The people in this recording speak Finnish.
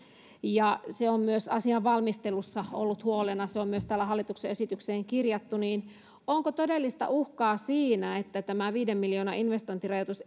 ja se on myös asian valmistelussa ollut huolena ja se on myös täällä hallituksen esitykseen kirjattu onko todellista uhkaa että tämä viiden miljoonan investointirajoitus